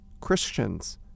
Christians